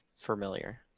familiar